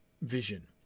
Vision